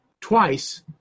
twice